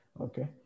Okay